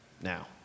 Now